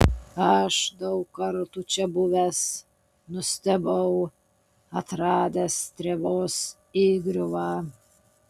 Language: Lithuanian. aš daug kartų čia buvęs nustebau atradęs strėvos įgriuvą